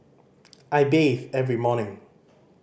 I bathe every morning